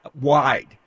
wide